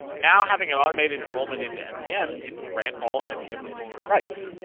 now having an automated enrollment into mdm didn't grant all mdm management rights,